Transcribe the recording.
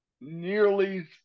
nearly